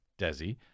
Desi